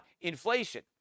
inflation